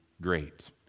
great